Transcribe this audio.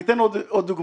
אני אתן עוד דוגמה.